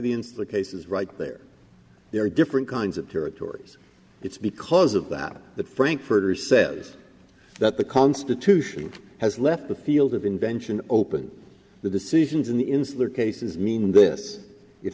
in the cases right there there are different kinds of territories it's because of that the frankfurters says that the constitution has left the field of invention open the decisions in the insular cases mean this if